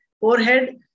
forehead